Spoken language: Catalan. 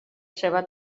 seva